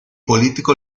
político